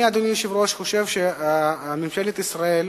אני, אדוני היושב-ראש, חושב שממשלת ישראל